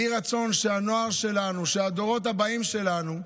יהי רצון שהנוער שלנו, שהדורות הבאים שלנו,